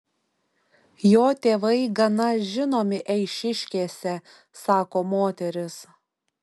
jo tėvai gana žinomi eišiškėse sako moteris